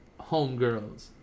homegirls